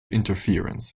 interference